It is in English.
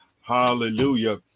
Hallelujah